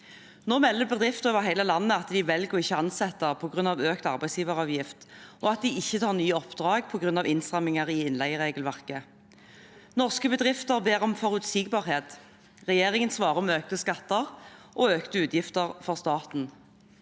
Nå melder bedrifter over hele landet at de velger å ikke ansette på grunn av økt arbeidsgiveravgift, og at de ikke tar nye oppdrag på grunn av innstramminger i innleieregelverket. Norske bedrifter ber om forutsigbarhet, regjeringen svarer med økte skatter og økte utgifter for staten.